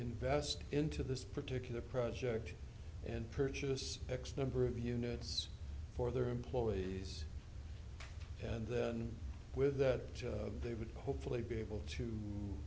invest into this particular project and purchase x number of units for their employees and with that they would hopefully be able to